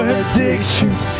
addictions